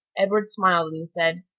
edward smiled, and said,